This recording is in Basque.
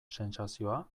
sentsazioa